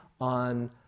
on